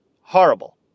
horrible